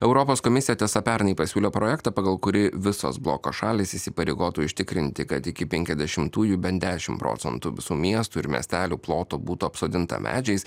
europos komisija tiesa pernai pasiūlė projektą pagal kurį visos bloko šalys įsipareigotų užtikrinti kad iki penkiasdešimtųjų bent dešimt procentų visų miestų ir miestelių ploto būtų apsodinta medžiais